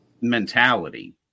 mentality